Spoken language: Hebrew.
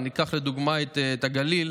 אם ניקח לדוגמה את הגליל,